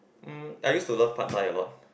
mm I used to love pad-thai a lot